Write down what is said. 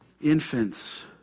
Infants